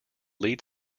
lead